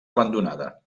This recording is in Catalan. abandonada